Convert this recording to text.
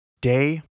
Day